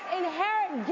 inherent